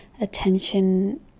attention